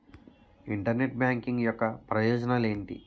Internet banking యెక్క ఉపయోగాలు ఎంటి?